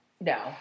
No